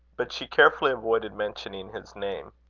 but she carefully avoided mentioning his name.